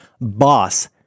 boss